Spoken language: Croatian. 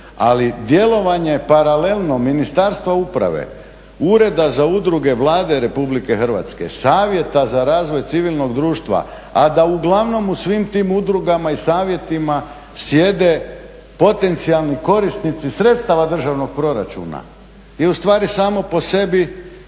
Ali djelovanje paralelno Ministarstva uprave, Ureda za udruge Vlade Republike Hrvatske, Savjeta za razvoj civilnog društva a da uglavnom u svim tim udrugama i savjetima sjede potencijalni korisnici sredstava državnog proračuna je ustvari samo po sebi,